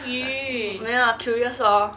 err 没有啦 curious lor